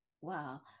Wow